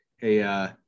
hey